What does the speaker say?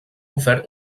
ofert